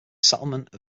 settlement